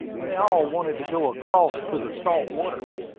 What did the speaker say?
they all wanted to go across to the salt water.